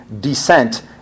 descent